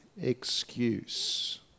excuse